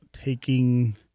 taking